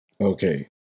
okay